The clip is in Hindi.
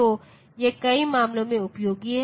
तो यह कई मामलों में उपयोगी है